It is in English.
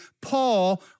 Paul